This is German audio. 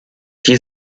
die